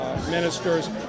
ministers